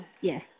Yes